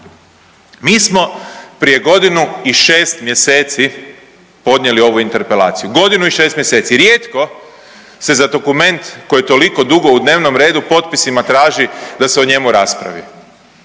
Mi smo prije godinu i 6. mjeseci podnijeli ovu interpelaciju, godinu i 6. mjeseci, rijetko se za dokument koji je toliko dugo u dnevnom redu potpisima traži da se o njemu raspravi,